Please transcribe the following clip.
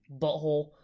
butthole